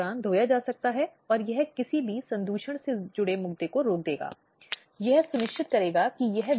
इसलिए यह सहायता और संरक्षण प्राप्त करने का अधिकार है एक साझा घर में रहने का अधिकार मुआवजे और मौद्रिक राहत का अधिकार है